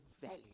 value